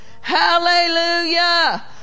Hallelujah